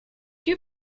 you